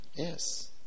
Yes